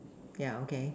yeah okay